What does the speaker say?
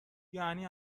یعنی